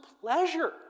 pleasure